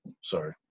Sorry